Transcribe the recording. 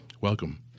Welcome